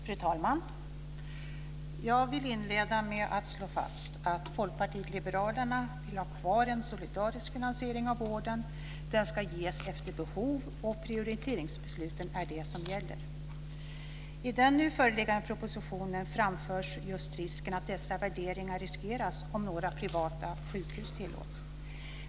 Fru talman! Jag vill inleda med att slå fast att Folkpartiet liberalerna vill ha kvar en solidarisk finansiering av vården. Den ska ges efter behov, och det är prioriteringsbesluten som gäller. I den nu föreliggande propositionen framförs just risken att dessa värderingar riskeras om några privata sjukhus tillåts.